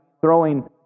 throwing